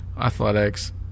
athletics